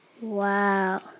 Wow